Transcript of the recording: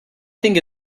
think